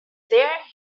there